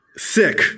sick